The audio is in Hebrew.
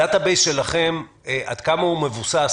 הדאטא-בייס שלכם, עד כמה הוא מבוסס?